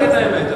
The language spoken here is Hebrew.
רק את האמת.